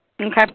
Okay